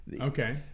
Okay